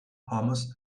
hummus